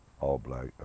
all-black